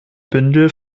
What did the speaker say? bündel